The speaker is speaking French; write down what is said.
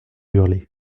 hurlaient